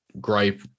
gripe